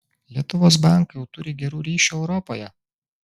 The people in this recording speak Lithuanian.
lietuvos bankai jau turi gerų ryšių europoje